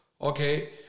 okay